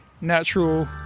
natural